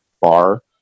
bar